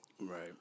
Right